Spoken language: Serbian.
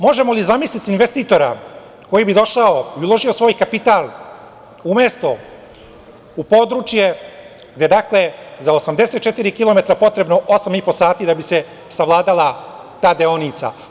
Možemo li zamisliti investitora koji bi došao i uložio svoj kapital umesto u područje gde je, dakle, za 84 kilometara potrebno 8,5 časova da bi se savladala ta deonica?